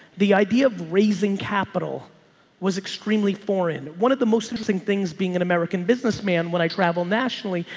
the idea of raising capital was extremely foreign. one of the most interesting things being an american businessman when i travel nationally,